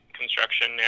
construction